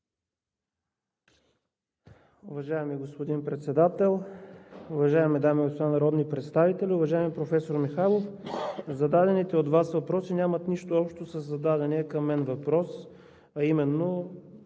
Уважаеми господин Председател, уважаеми дами и господа народни представители! Уважаеми професор Михайлов, зададените от Вас въпроси нямат нищо общо със зададения към мен въпрос, а именно